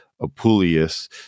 Apuleius